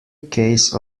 case